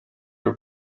are